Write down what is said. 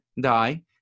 die